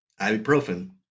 ibuprofen